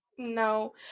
No